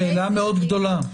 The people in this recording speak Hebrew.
שאלה מאוד גדולה.